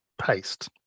Paste